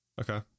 Okay